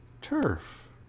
turf